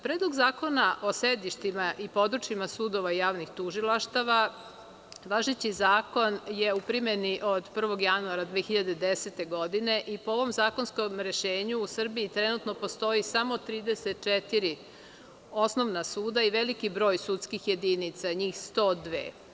Predlog zakona o sedištima i područjima sudova i javnih tužilaštava, važeći zakon je u primeni od 1. januara 2010. godine i po ovom zakonskom rešenju u Srbiji trenutno postoji samo 34 osnovna suda i veliki broj sudskih jedinica, njih 102.